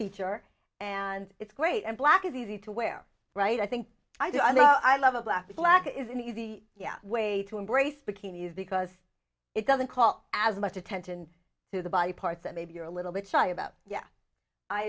feature and it's great and black is easy to wear right i think i do i know i love a black black is an easy yeah way to embrace bikini's because it doesn't call as much attention to the body parts and maybe you're a little bit shy about yeah i